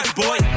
boy